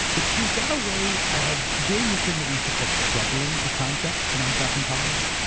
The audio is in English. but she's got a way of doing this thing that we used to call troubling a concept when i was back in college.